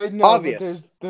Obvious